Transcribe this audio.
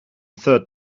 third